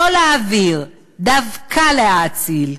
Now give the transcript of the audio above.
לא ל"להעביר", דווקא "להאציל".